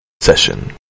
session